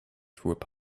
through